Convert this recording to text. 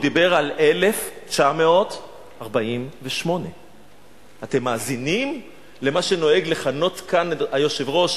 הוא דיבר על 1948. אתם מאזינים למה שנוהג לכנות כאן היושב-ראש,